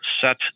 set